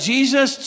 Jesus